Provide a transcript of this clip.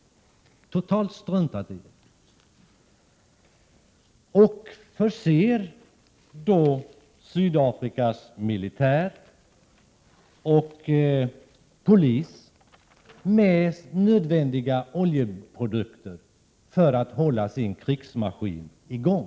Företaget har totalt struntat i embargot och förser Sydafrikas militär och polis med nödvändiga oljeprodukter för att hålla krigsmaskinen i gång.